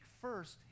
first